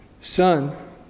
son